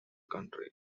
country